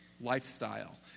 lifestyle